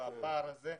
בפער הזה,